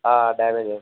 ఆ డామేజస్